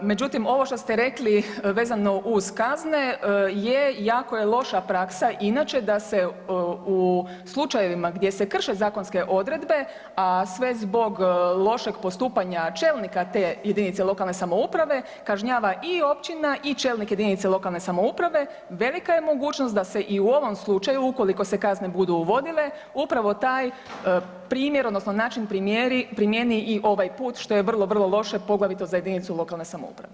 Međutim, ovo što ste rekli vezano uz kazne, je jako je loša praksa, inače da se u slučajevima gdje se krše zakonske odredbe, a sve zbog lošeg postupanja čelnika te jedinice lokalne samouprave kažnjava i općina i čelnik jedinice lokalne samouprave, velika je mogućnost da se i u ovom slučaju ukoliko se kazne budu uvodile upravo taj primjer odnosno način primijeni i ovaj put što je vrlo, vrlo loše poglavito za jedinicu lokalne samouprave.